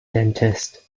dentist